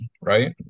right